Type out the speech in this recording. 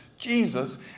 Jesus